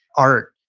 art,